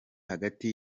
hagati